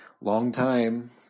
long-time